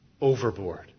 overboard